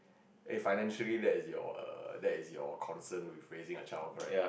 eh financially that is your err that is your concern with raising a child right